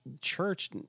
church